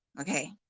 okay